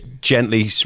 gently